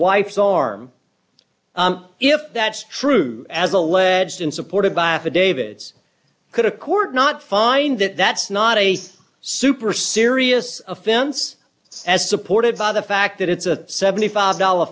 wife's arm if that's true as alleged and supported by affidavits could a court not find that that's not a super serious offense as supported by the fact that it's a seventy five dollar